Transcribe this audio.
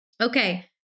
Okay